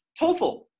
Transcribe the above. TOEFL